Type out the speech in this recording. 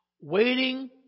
waiting